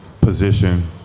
position